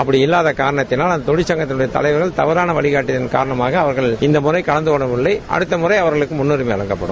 அப்படி இல்லாத காரணத்தால் அந்த தொழிற்சங்கத்தினுடய தலைவர்கள் தவறாள வழிகாட்டுதலின் காரணமாக அவர்கள் இந்த முறை கலந்துகொள்ளவில்லை அடுத்த முறை அவர்களுக்கு முன்னுரிமை வழங்கப்படும்